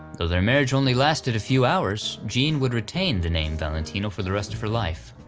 though their marriage only lasted a few hours, jean would retain the name valentino for the rest of her life.